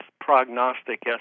prognostic